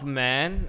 man